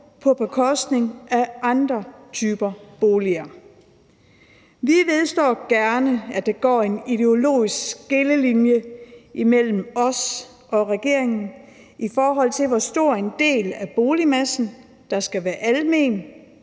på bekostning af andre typer boliger. Vi vedstår gerne, at der går en ideologisk skillelinje imellem os og regeringen, i forhold til hvor stor en del af boligmassen der skal være almen